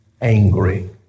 angry